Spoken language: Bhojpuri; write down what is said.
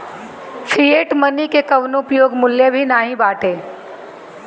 फ़िएट मनी के कवनो उपयोग मूल्य भी नाइ बाटे